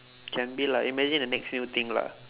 can be lah imagine the next new thing lah